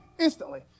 instantly